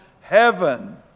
heaven